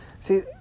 See